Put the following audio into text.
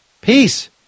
peace